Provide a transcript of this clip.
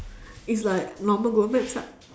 it's like normal google maps lah